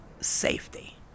safety